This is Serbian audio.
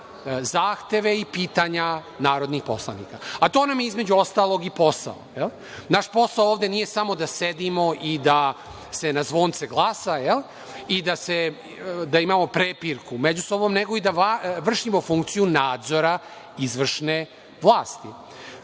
zahteve i pitanja narodnih poslanika. To nam je, između ostalog i posao. Naš posao ovde nije samo da sedimo i da se na zvonce glasa i da imamo prepirku među sobom, nego i da vršimo funkciju nadzora izvršne vlasti.